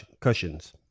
cushions